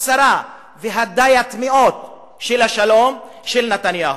הצרה וה"דיאט" מאוד של השלום של נתניהו.